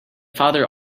father